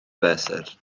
fesur